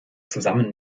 zusammen